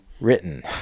written